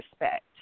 respect